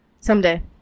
Someday